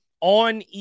on